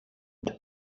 the